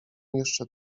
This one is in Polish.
jeszcze